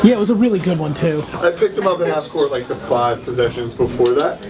yeah it was a really good one, too. i picked him up at half court like the five possessions before that.